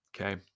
Okay